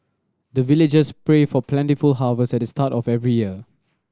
the villagers pray for plentiful harvest at the start of every year